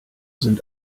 sind